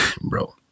bro